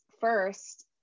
first